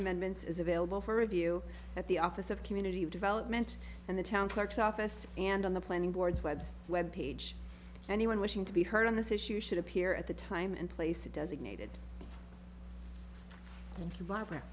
amendments is available for review at the office of community development and the town clerk's office and on the planning boards website web page anyone wishing to be heard on this issue should appear at the time and place a designated